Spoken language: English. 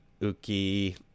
Uki